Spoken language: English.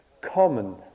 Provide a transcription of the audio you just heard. common